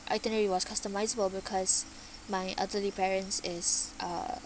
itinerary was customisable because my elderly parents is uh